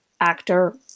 actor